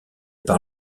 par